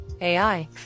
AI